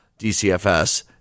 DCFS